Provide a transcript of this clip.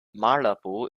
malabo